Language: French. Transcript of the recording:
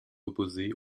opposés